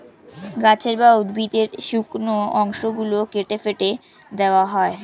গাছের বা উদ্ভিদের শুকনো অংশ গুলো কেটে ফেটে দেওয়া হয়